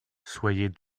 soyez